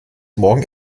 morgen